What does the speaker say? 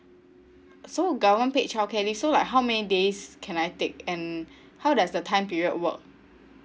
so government paid childcare leave so like how many days can I take and how does the time period work